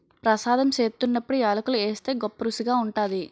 ప్రసాదం సేత్తున్నప్పుడు యాలకులు ఏస్తే గొప్పరుసిగా ఉంటాది